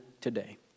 today